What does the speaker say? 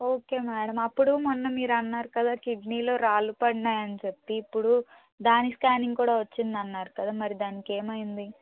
okay madam అప్పుడు మొన్న మీరు అన్నారు కదా కిడ్నీలో రాళ్ళు పడినాయని చెప్పి ఇప్పుడు దాన్ని స్కానింగ్ కూడా వచ్చింది అన్నారు కదా మరి దానికి ఏమైంది